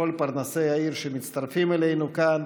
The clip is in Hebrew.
כל פרנסי העיר שמצטרפים אלינו כאן,